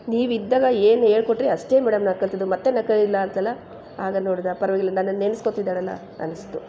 ನೀವು ಇದ್ದಾಗ ಏನು ಹೇಳ್ಕೊಟ್ರಿ ಅಷ್ಟೇ ಮೇಡಮ್ ನಾನು ಕಲಿತಿದ್ದು ಮತ್ತು ನಾನು ಕಲಿಲಿಲ್ಲ ಅಂತೆಲ್ಲ ಆಗ ನೋಡಿದ್ರೆ ಪರ್ವಾಗಿಲ್ಲ ನನ್ನನ್ನ ನೆನ್ಸ್ಕೊಳ್ತಿದ್ದಾಳಲ್ಲ ಅನ್ನಿಸ್ತು